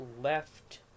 left